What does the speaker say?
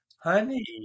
Honey